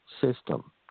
system